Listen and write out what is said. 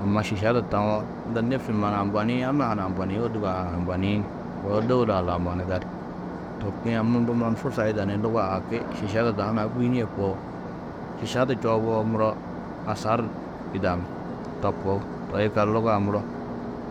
Aamma šiša du tawo, unda nêfsi numa ni ambaniĩ, anna-ã ha ni ambaniĩ, ôluga-ã ha ni ambaniĩ dôula-ã lau mannu gali. To kuĩ amma mbo mannu fursa yida ni luga-ã haki šiša du da hunã guyinîe koo, šiša du čooboo muro asar yidanú. To koo, toi yikallu luga-ã muro,